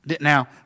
Now